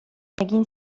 egin